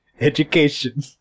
Education